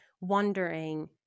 wondering